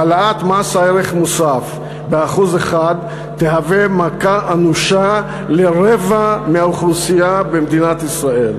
העלאת מס ערך מוסף ב-1% תהיה מכה אנושה לרבע מהאוכלוסייה במדינת ישראל,